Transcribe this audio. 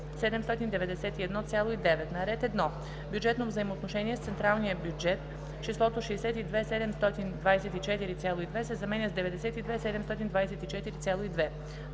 791,9“. - на ред 1. Бюджетно взаимоотношение с централния бюджет числото „62 724,2“ се заменя с „92 724,2“.